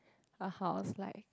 a house like